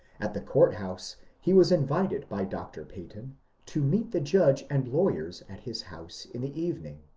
at the court house he was invited by dr. peyton to meet the judge and lawyers at his house in the evening.